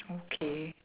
okay